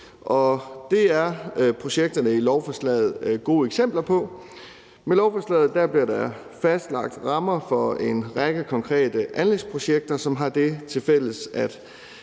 det er projekterne i lovforslaget gode eksempler på. Med lovforslaget bliver der fastlagt rammer for en række konkrete anlægsprojekter, som har det tilfælles, at